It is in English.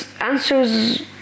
answers